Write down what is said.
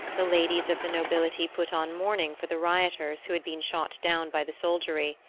the ladies of the nobility put on mourning for the rioters who had been shot down by the soldiery.